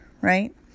right